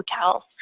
hotels